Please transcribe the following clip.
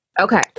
Okay